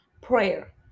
prayer